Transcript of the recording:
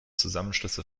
zusammenschlüsse